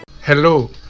Hello